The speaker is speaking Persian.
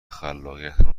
خلاقیتم